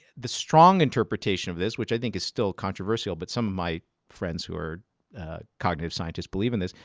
the strong interpretation of this, which i think is still controversial, but some of my friends who are cognitive scientists believe in this,